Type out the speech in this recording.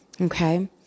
Okay